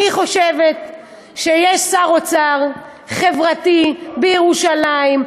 אני חושבת שיש שר אוצר חברתי בירושלים,